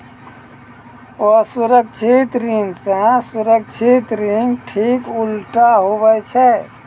असुरक्षित ऋण से सुरक्षित ऋण ठीक उल्टा हुवै छै